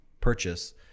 purchase